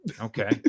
Okay